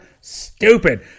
stupid